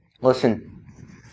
Listen